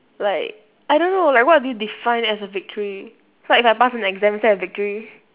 like I don't know like what do you define as a victory so if I pass an exam is that a victory